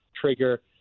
trigger